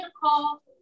call